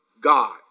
God